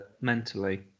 mentally